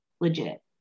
legit